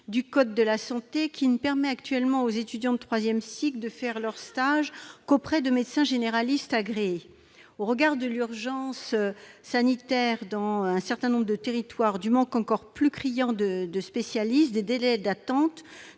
du code de la santé, lequel impose actuellement aux étudiants de troisième cycle d'effectuer leurs stages auprès de médecins généralistes agréés. Au regard de l'urgence sanitaire dans certains territoires, du manque criant de spécialistes et des délais d'attente,